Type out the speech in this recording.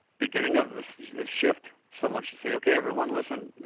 beginning of the shift, someone should say okay everyone, listen,